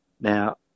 Now